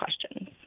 questions